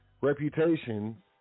reputation